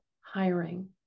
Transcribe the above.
hiring